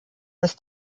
bis